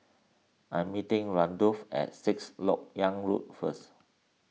I am meeting Randolph at Sixth Lok Yang Road first